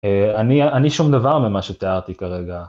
אני שום דבר ממה שתיארתי כרגע.